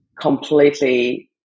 completely